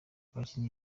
abakinnyi